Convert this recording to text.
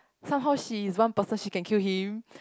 somehow she is one person she can kill him